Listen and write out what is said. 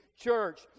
church